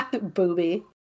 Booby